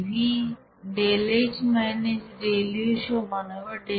ΔH - ΔU সমান হবে ΔpV